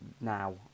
now